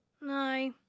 No